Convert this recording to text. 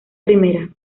primera